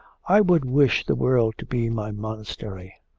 i would wish the world to be my monastery.